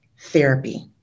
therapy